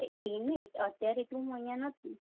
એમ નહીં અત્યારે તો હું અહીંયા નથી